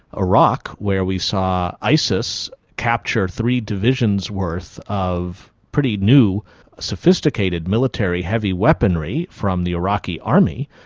iraq where we saw isis capture three divisions worth of pretty new sophisticated military heavy weaponry from the iraqi army,